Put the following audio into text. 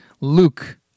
Luke